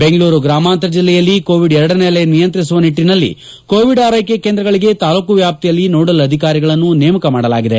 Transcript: ಬೆಂಗಳೂರು ಗ್ರಾಮಾಂತರ ಜಿಲ್ಲೆಯಲ್ಲಿ ಕೋವಿಡ್ ಎರಡನೇ ಅಲೆ ನಿಯಂತ್ರಿಸುವ ನಿಟ್ಟನಲಿ ಕೋವಿಡ್ ಆರ್ಜೆಕೆ ಕೇಂದ್ರಗಳಿಗೆ ತಾಲೂಕ್ ವ್ಯಾಪ್ತಿಯಲ್ಲಿ ನೋಡಲ್ ಅಧಿಕಾರಿಗಳನ್ನು ನೇಮಕ ಮಾಡಲಾಗಿದೆ